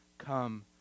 come